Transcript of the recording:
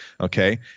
okay